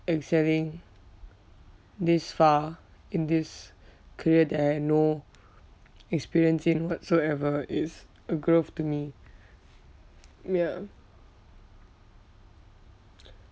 excelling this far in this career that I had no experience in whatsoever is a growth to me ya